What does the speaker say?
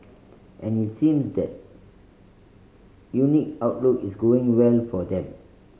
and it seems that unique outlook is going well for them